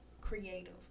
creative